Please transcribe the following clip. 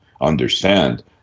understand